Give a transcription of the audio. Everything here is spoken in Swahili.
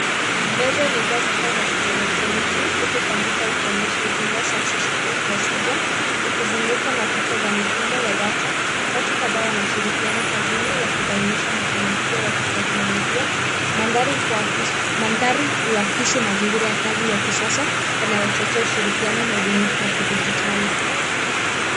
Meza imejaa vifaa vya kielektroniki huku komputa ikionyesha ujumbe succesful procedure ukizungukwa na picha za mifumo ya data watu kadhaa wanashirikiana kazini wakibainisha mafanikio ya kiteknolojia. Mandhari uakisi mazingira ya kazi ya kisasa yanayochochea ushirikiano na ubunifu wa kidijitali.